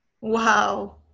Wow